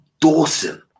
Dawson